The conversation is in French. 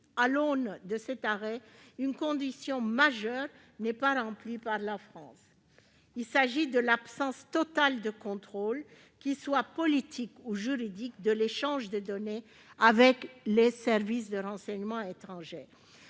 À l'aune de cet arrêt, une condition majeure n'est pas remplie par la France en raison de l'absence totale de contrôle, qu'il soit politique ou juridique, de l'échange de données avec les services de renseignement étrangers.